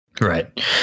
Right